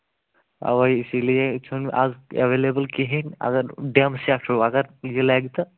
اَوا اسی لیے چھُنہٕ آز اٮ۪ویلیبٕل کِہیٖنۍ اَگر ڈٮ۪م سٮ۪کھ چھُو اگر یہِ لگہِ تہٕ